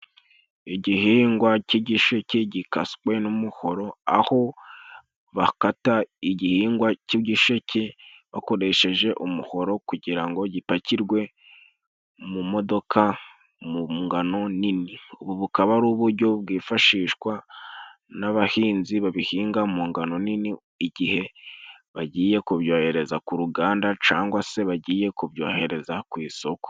Igihingwa cy'igisheke gikaswe n'umuhoro, aho bakata igihingwa cy'igisheke bakoresheje umuhoro kugira ngo gipakirwe mu modoka mu ngano nini ubu bukaba ari ubujyo bwifashishwa n'abahinzi babihinga mu ngano nini, igihe bagiye kubyohereza ku ruganda cyangwa se bagiye kubyohereza ku isoko.